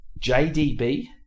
JDB